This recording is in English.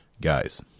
Guys